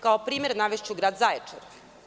Kao primer navešću grad Zaječar.